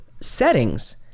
settings